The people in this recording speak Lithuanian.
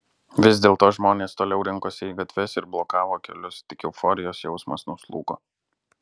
vis dėlto žmonės toliau rinkosi į gatves ir blokavo kelius tik euforijos jausmas nuslūgo